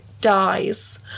dies